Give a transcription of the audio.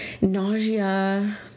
nausea